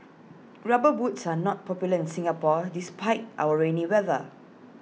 rubber boots are not popular in Singapore despite our rainy weather